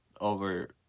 over